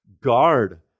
Guard